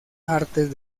artes